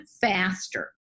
faster